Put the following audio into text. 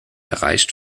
erreicht